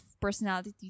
personality